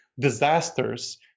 disasters